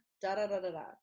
da-da-da-da-da